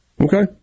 Okay